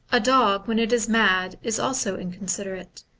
a dog when it is mad is also inconsiderate,